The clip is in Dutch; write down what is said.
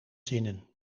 zinnen